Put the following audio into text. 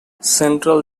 central